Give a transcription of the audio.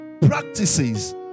practices